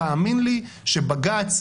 אז בג"ץ,